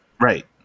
Right